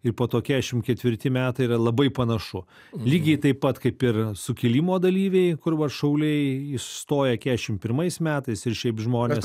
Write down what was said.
ir po to keturiasdešimt ketvirti metai yra labai panašu lygiai taip pat kaip ir sukilimo dalyviai kur va šauliai iįstoja keturiasdešimt pirmais metais ir šiaip žmonės